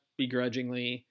begrudgingly